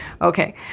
Okay